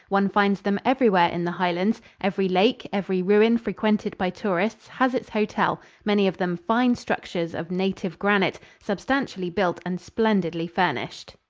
one finds them everywhere in the highlands. every lake, every ruin frequented by tourists has its hotel, many of them fine structures of native granite, substantially built and splendidly furnished.